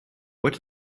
what